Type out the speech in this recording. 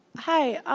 hi,